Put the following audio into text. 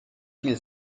viel